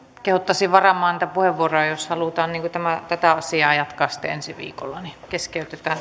kehottaisin varaamaan niitä puheenvuoroja jos halutaan tätä asiaa jatkaa sitten ensi viikolla keskeytetään